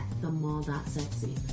themall.sexy